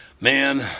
man